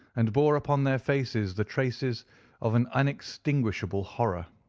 and bore upon their faces the traces of an unextinguishable horror.